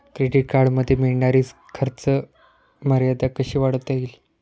Credit कार्डमध्ये मिळणारी खर्च मर्यादा कशी वाढवता येईल?